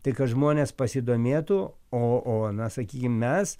tai kad žmonės pasidomėtų o o na sakykim mes